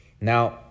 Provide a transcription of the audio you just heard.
Now